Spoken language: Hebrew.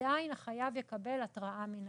עדיין החייב יקבל התראה מינהלית.